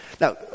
Now